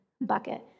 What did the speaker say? bucket